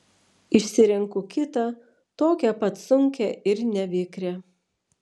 išsirenku kitą tokią pat sunkią ir nevikrią